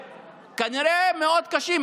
שכנראה מאוד קשים.